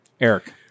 Eric